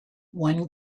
one